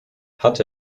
hat